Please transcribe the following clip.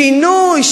שינוי,